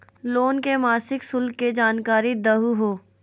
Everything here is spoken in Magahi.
लोन के मासिक शुल्क के जानकारी दहु हो?